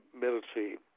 military